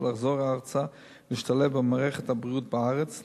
לחזור ארצה ולהשתלב במערכת הבריאות בארץ,